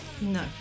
No